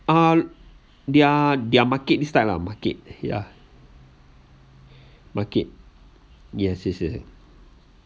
uh their their market this type lah market ya market yes yes yes